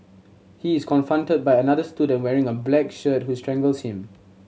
he is confronted by another student wearing a black shirt who strangles him